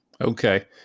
Okay